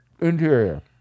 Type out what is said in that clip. Interior